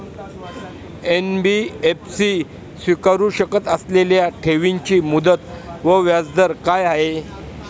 NBFC स्वीकारु शकत असलेल्या ठेवीची मुदत व व्याजदर काय आहे?